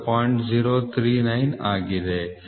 039 ಆಗಿದೆ